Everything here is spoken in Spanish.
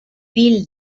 bill